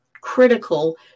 Critical